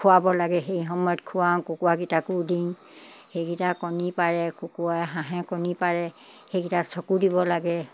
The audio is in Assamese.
খোৱাব লাগে সেই সময়ত খোৱাওঁ কুকুৰাকেইটাকো দিওঁ সেইকেইটাই কণী পাৰে কুকুৰাই হাঁহে কণী পাৰে সেইকেইটা চকু দিব লাগে